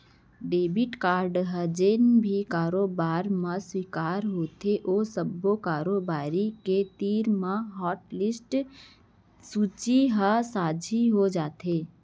debit card ह जेन भी कारोबार म स्वीकार होथे ओ सब्बो कारोबारी के तीर म हाटलिस्ट के सूची ह साझी हो जाथे